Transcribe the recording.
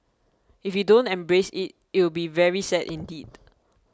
if we don't embrace it it'll be very sad indeed